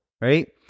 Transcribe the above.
right